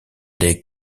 les